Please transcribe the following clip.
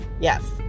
yes